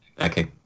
Okay